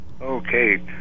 Okay